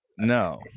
no